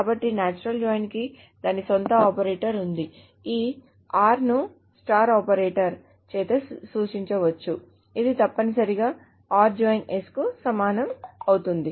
కాబట్టి natural join కి దాని స్వంత ఆపరేటర్ ఉంది ఈ r ను ఈ స్టార్ ఆపరేటర్ చేత సూచించవచ్చు ఇది తప్పనిసరిగా కు సమానం అవుతుంది